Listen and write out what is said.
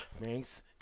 Thanks